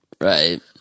Right